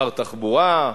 שר תחבורה,